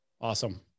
Awesome